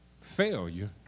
failure